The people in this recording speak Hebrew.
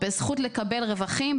בזכות לקבל רווחים,